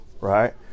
right